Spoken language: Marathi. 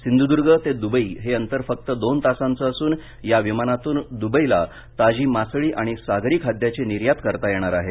सिंधुदूर्ग ते दुबई हे अंतर फक्त दोन तासांचं असून या विमानातून दुबईला ताजी मासळी आणि सागरी खाद्याची निर्यात करता येणार आहे